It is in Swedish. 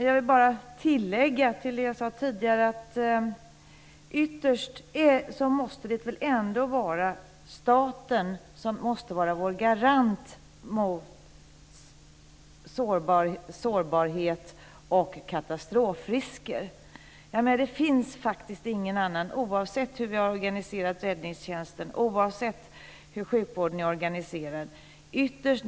Fru talman! Jag vill bara till det jag sade tidigare lägga att det ytterst måste vara staten som är vår garant mot sårbarhet och katastrofrisker. Det finns faktiskt ingen annan, oavsett hur vi har organiserat räddningstjänsten och oavsett hur sjukvården är organiserad.